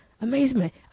amazement